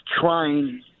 trying